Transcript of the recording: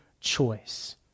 choice